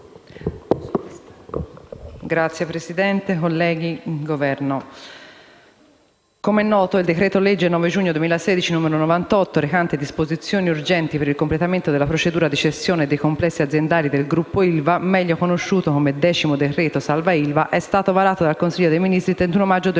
rappresentanti del Governo, come noto, il decreto-legge 9 giugno 2016, n. 98, recante: «Disposizioni urgenti per il completamento della procedura di cessione dei complessi aziendali del Gruppo ILVA» meglio conosciuto come il decimo decreto-legge salva ILVA è stato varato dal Consiglio dei ministri il 31 maggio 2016